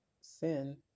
sin